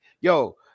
Yo